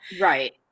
Right